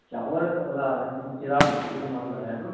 चांवर खपंदा वा चिराग टिफिन वारो ॻाल्हाया थो